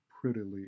prettily